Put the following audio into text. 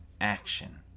action